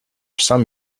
some